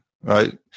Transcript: right